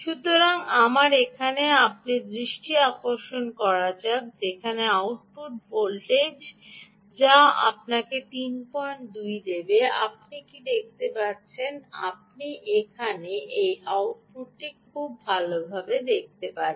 সুতরাং আমার এখানে আপনার দৃষ্টি আকর্ষণ করা যাক যেখানে আউটপুট ভোল্টেজ যা আপনাকে 32 দেবে আপনি কি দেখতে পাচ্ছেন আপনি এখানে এই আউটপুটটি খুব ভাল দেখতে পাচ্ছেন